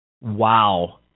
Wow